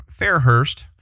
Fairhurst